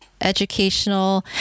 educational